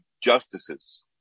justices